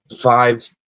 five